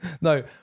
no